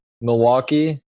Milwaukee